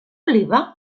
oliva